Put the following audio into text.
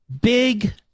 Big